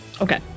Okay